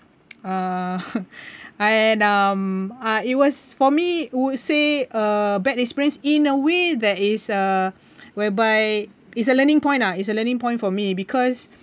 uh and um ah it was for me would say a bad experience in a way that is a whereby it's a learning point lah it's a learning point for me because